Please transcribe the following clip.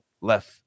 left